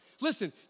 Listen